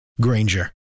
Granger